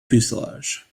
fuselage